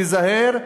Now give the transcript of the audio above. תיזהר,